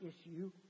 issue